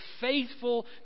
faithful